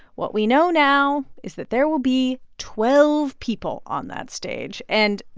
what we know now is that there will be twelve people on that stage. and,